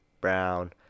Brown